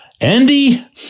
Andy